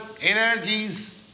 energies